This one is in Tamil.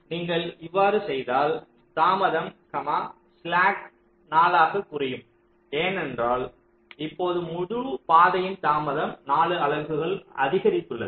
நீங்கள் இவ்வாறு செய்தால் தாமதம் ஸ்லாக் 4 ஆகக் குறையும் ஏனென்றால் இப்போது முழு பாதையின் தாமதம் 4 அலகுகள் அதிகரித்துள்ளது